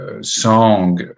song